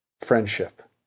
friendship